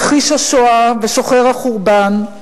מכחיש השואה ושוחר החורבן,